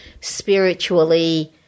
spiritually